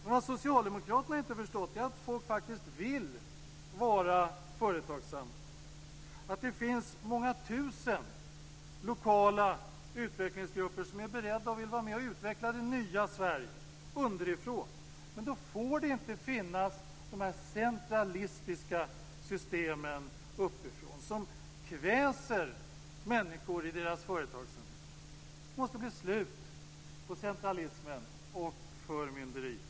Vad socialdemokraterna inte har förstått är att folk faktiskt vill vara företagsamma, att det finns många tusen lokala utvecklingsgrupper som är beredda att vara med och utveckla det nya Sverige underifrån. Men då får inte de centralistiska systemen finnas som kväser människor i deras företagsamhet. Det måste bli slut på centralismen och förmynderiet.